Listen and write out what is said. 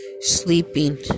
sleeping